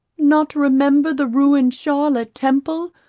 not remember the ruined charlotte temple,